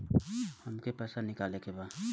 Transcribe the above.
हमके पैसा निकाले के बा